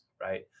right